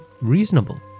reasonable